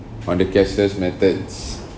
on the cashless methods